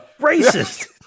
racist